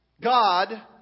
God